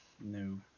no